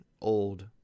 old